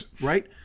right